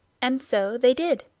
and so they did